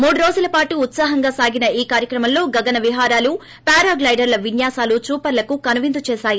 మూడు రోజుల పాటు ఉత్పాహంగా సాగిన ఈ కార్యక్రమంలో గగన విహారాలు పారాగ్లెడర్ల విన్యాసాలు చూపరులకు కనువిందు చేశాయి